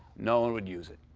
no one would use it,